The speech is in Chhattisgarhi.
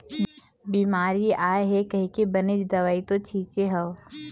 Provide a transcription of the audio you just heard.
बिमारी आय हे कहिके बनेच दवई तो छिचे हव